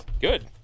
Good